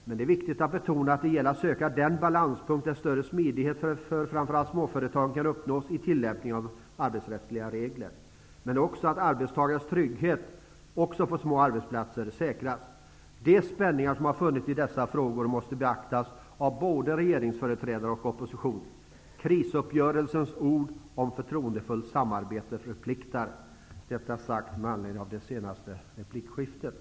Men det är viktigt att betona att det gäller att söka den balanspunkt där större smidighet för framför allt småföretagen kan uppnås i tillämpningen av arbetsrättsliga regler, men också att arbetstagarens trygghet på små arbetsplatser säkras. De spänningar som har funnits i dessa frågor måste beaktas av både regeringsföreträdare och opposition. Krisuppgörelsens ord om ''förtroendefullt samarbete'' förpliktar. Detta sagt med anledning av det senaste replikskiftet.